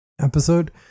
episode